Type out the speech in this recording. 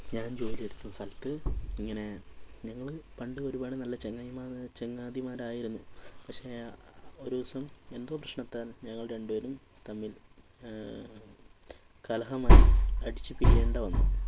ഞാൻ ജോലിയെടുത്ത സ്ഥലത്ത് ഇങ്ങനെ ഞങ്ങൾ പണ്ട് ഒരുപാട് നല്ല ചങ്ങായിമാർ ചങ്ങാതിമാരായിരുന്നു പക്ഷേ ഒരു ദിവസം എന്തോ പ്രശ്നത്താൽ ഞങ്ങൾ രണ്ടുപേരും തമ്മിൽ കലഹമായി അടിച്ചു പിരിയേണ്ടി വന്നു